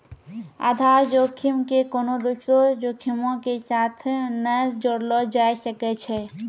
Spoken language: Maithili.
आधार जोखिम के कोनो दोसरो जोखिमो के साथ नै जोड़लो जाय सकै छै